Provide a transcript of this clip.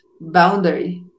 boundary